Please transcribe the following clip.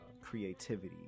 creativity